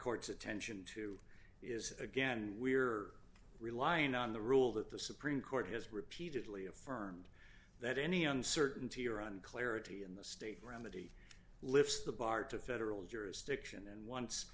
court's attention to is again we are relying on the rule that the supreme court has repeatedly affirmed that any uncertainty or on clarity in the state remedy lifts the bar to federal jurisdiction and once